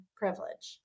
privilege